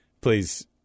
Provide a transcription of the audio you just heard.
please